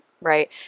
Right